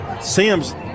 Sims